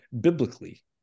biblically